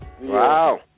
Wow